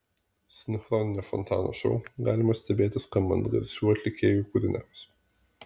sinchroninio fontano šou galima stebėti skambant garsių atlikėjų kūriniams